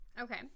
Okay